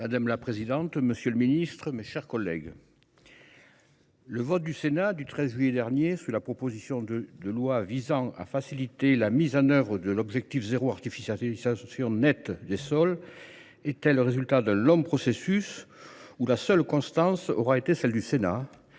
Madame la présidente, monsieur le ministre, mes chers collègues, l’adoption définitive par le Sénat, le 13 juillet dernier, de la proposition de loi visant à faciliter la mise en œuvre des objectifs de zéro artificialisation nette des sols était le résultat d’un long processus où la seule constance aura été celle de notre